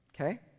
Okay